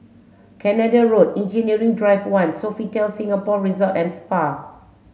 Canada Road Engineering Drive one Sofitel Singapore Resort and Spa